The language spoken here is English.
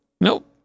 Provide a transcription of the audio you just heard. Nope